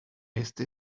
este